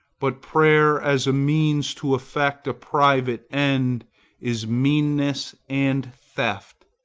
but prayer as a means to effect a private end is meanness and theft.